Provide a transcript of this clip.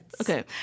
okay